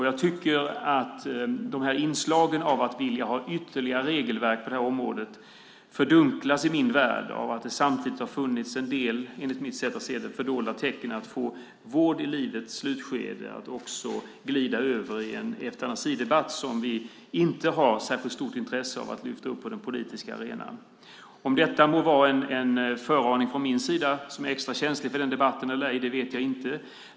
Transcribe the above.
Jag tycker att inslagen av att vilja ha ytterligare regelverk på det här området fördunklas av att det samtidigt, som jag ser det, har funnits en del fördolda tecken att få diskussionen om vård i livets slutskede att glida över i en eutanasidebatt som vi inte har något särskilt stort intresse av att lyfta upp på den politiska arenan. Om detta är en föraning från mig, som är extra känslig för en sådan debatt, eller ej, vet jag inte.